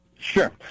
Sure